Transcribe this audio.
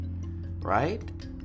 Right